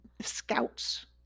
scouts